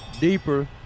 deeper